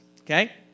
Okay